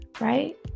right